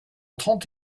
trente